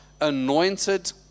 anointed